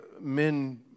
men